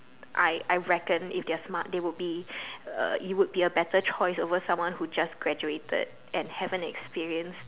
I I reckon if they're smart they would be you would be a better choice over someone who just graduated and haven't experienced